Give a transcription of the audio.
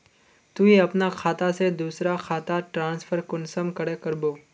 तुई अपना खाता से दूसरा खातात ट्रांसफर कुंसम करे करबो?